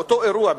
באותו אירוע,